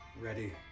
ready